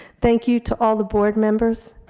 thank you to all the board members.